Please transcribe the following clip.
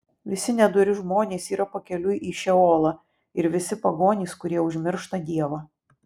visi nedori žmonės yra pakeliui į šeolą ir visi pagonys kurie užmiršta dievą